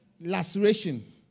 laceration